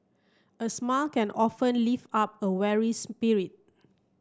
a smile can often up a weary spirit